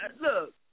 look